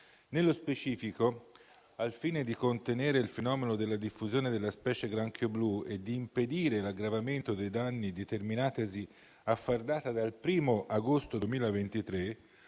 Nello specifico, al fine di contenere il fenomeno della diffusione della specie granchio blu e di impedire l'aggravamento dei danni determinatesi, a far data dal 1° agosto 2023